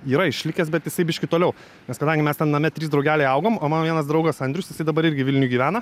yra išlikęs bet jisai biškį toliau nes kadangi mes ten name trys drugeliai augom o man vienas draugas andrius jisai dabar irgi vilniuj gyvena